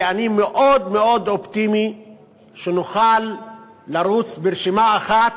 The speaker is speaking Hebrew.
ואני מאוד מאוד אופטימי שנוכל לרוץ ברשימה אחת.